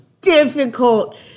difficult